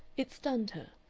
it stunned her.